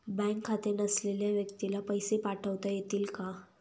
Bank खाते नसलेल्या व्यक्तीला पैसे पाठवता येतील का?